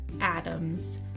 Adams